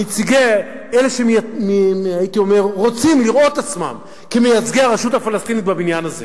נציגי אלה שרוצים לראות עצמם מייצגי הרשות הפלסטינית בבניין הזה